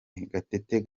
gatera